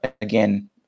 again